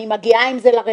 אני מגיעה עם זה לרווחה